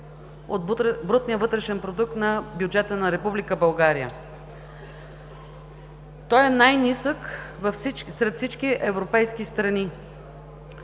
от брутния вътрешен продукт на бюджета на Република България. Той е най-нисък сред всички европейски страни.